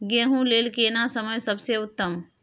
गेहूँ लेल केना समय सबसे उत्तम?